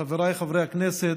חבריי חברי הכנסת.